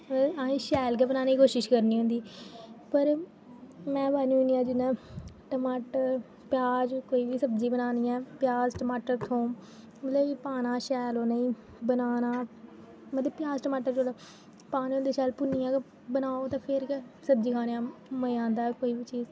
असें शैल गै बनाने दी कोशिश करनी होंदी पर में बनानी होनी जि'यां टमाटर प्याज़ कोई बी सब्ज़ी जे बनानी ऐ प्याज टमाटर थूम मतलब पाना शैल उ'नें गी बनाना मतलब प्याज टमाटर जेल्लै पाने होंदे शैल भु'न्नियै बनाओ ते फिर गै सब्जी खानै दा मजा आंदा कोई बी चीज